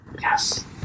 Yes